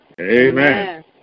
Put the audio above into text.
amen